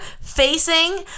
facing